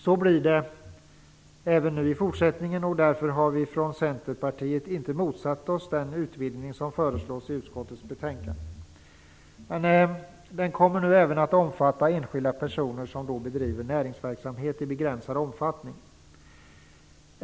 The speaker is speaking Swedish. Så blir det även i fortsättningen, och därför har vi från Centerpartiet inte motsatt oss den utvidgning som föreslås i utskottets betänkande. Den kommer nu även att omfatta enskilda personer som bedriver näringsverksamhet i begränsad omfattning.